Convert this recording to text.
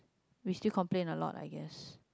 we still complain a lot I guess